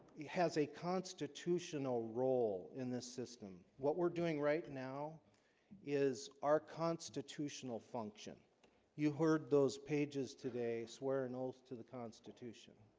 has a constitutional role in this system what we're doing right now is our constitutional function you heard those pages today. so we're and knowles to the constitution